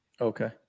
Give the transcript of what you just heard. Okay